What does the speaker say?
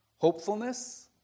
Hopefulness